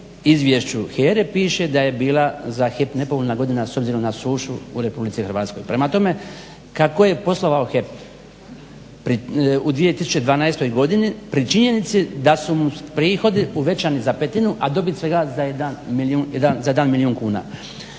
izvješću HERA-e piše da je bila za HEP nepovoljna godina s obzirom na sušu u RH. Prema tome kako je poslovao HEP u 2012. godini pri činjenici da su prihodi uvećani za petinu a dobit svega za jedan milijun kuna.